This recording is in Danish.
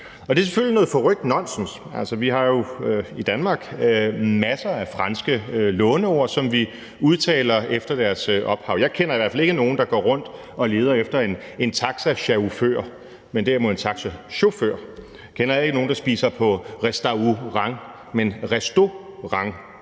det er selvfølgelig noget forrykt nonsens, altså, vi har jo i Danmark masser af franske låneord, som vi udtaler efter deres ophav. Jeg kender i hvert fald ikke nogen, der går rundt og leder efter en taxacha-uf-før, men derimod en taxachauffør. Jeg kender ikke nogen, der spiser på resta-u-rant, men restaurant.